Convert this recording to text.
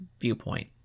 viewpoint